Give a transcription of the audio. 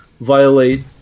violate